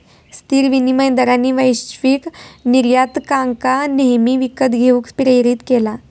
स्थिर विनिमय दरांनी वैश्विक निर्यातकांका नेहमी विकत घेऊक प्रेरीत केला